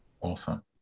awesome